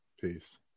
Peace